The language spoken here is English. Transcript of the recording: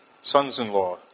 Sons-in-law